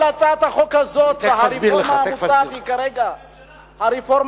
אני תיכף